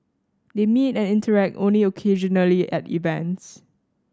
they meet and interact only occasionally at events